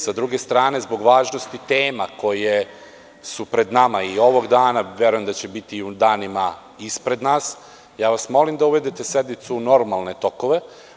Sa druge strane, zbog važnosti tema koje su pred nama i ovog dana, a verujem da će biti i u danima ispred nas, ja vas molim da uvedete sednicu u normalne tokove.